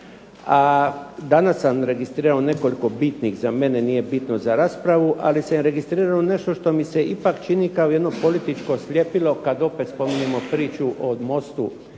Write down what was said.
Danas sam registrirao nekoliko bitnih, za mene nije bitno za raspravu, ali sam registrirao nešto što mi se ipak čini kao jedno političko sljepilo kad opet spominjemo priču o mostu